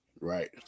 Right